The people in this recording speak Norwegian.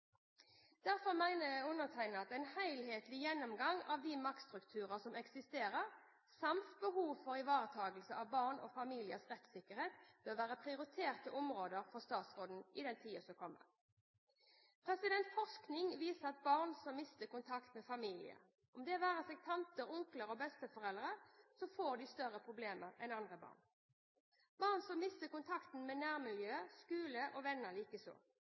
Derfor mener undertegnede at en helhetlig gjennomgang av de maktstrukturer som eksisterer, samt behov for ivaretakelse av barn og familiers rettsikkerhet bør være prioriterte områder for statsråden i tiden som kommer. Forskning viser at barn som mister kontakt med familien, det være seg tanter, onkler eller besteforeldre, får større problemer enn andre barn – barn som mister kontakt med nærmiljø, skole og